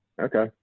Okay